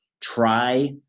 Try